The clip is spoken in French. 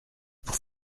pour